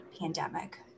pandemic